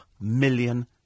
million